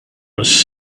was